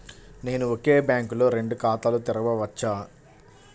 నేను ఒకే బ్యాంకులో రెండు ఖాతాలు తెరవవచ్చా?